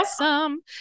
Awesome